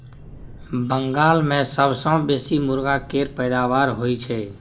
बंगाल मे सबसँ बेसी मुरगा केर पैदाबार होई छै